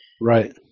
Right